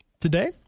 Today